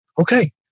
Okay